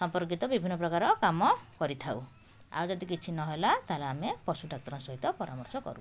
ସମ୍ପର୍କିତ ବିଭିନ୍ନ ପ୍ରକାର କାମ କରିଥାଉ ଆଉ ଯଦି କିଛି ନ ହେଲା ତାହେଲେ ଆମେ ପଶୁଡାକ୍ତରଙ୍କ ସହିତ ପରାମର୍ଶ କରୁ